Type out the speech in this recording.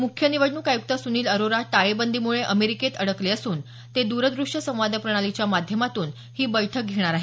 मुख्य निवडणूक आयुक्त सुनिल अरोरा टाळेबंदीमुळे अमेरिकेत अडकले असून ते द्रद्रश्य संवाद प्रणालीच्या माध्यमातून ही बैठक घेणार आहेत